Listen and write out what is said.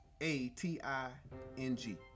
A-T-I-N-G